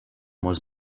was